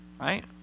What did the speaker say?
Right